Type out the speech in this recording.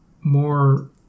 more